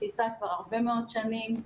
כבר הרבה מאוד שנים.